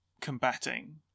combating